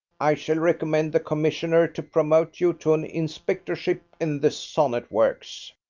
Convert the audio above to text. i shall recommend the commissioner to promote you to an inspectorship in the sonnet works.